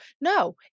no